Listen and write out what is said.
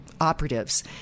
operatives